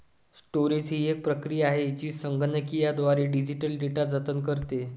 storage ही एक प्रक्रिया आहे जी संगणकीयद्वारे डिजिटल डेटा जतन करते